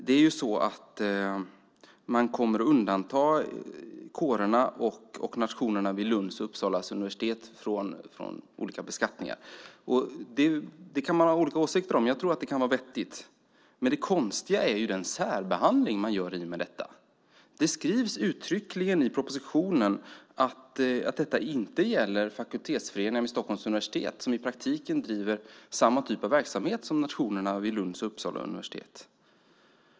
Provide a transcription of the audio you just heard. Det är ju så att kårerna och nationerna vid Lunds och Uppsala universitet kommer att undantas från olika beskattningar. Det kan man ha olika åsikter om. Jag tror att det kan vara vettigt. Men det konstiga är den särbehandling som uppkommer i och med detta. Det skrivs uttryckligen i propositionen att detta inte gäller fakultetsföreningar vid Stockholms universitet, som i praktiken bedriver samma typ av verksamhet som nationerna vid Lunds och Uppsala universitet.